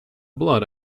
blood